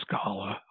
scholar